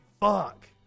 fuck